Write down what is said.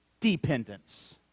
dependence